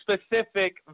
specific